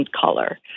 color